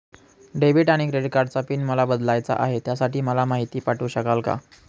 Debit आणि credit कार्डचा PIN मला बदलायचा आहे, त्यासाठी मला माहिती पाठवू शकाल का?